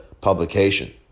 publication